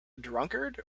drunkard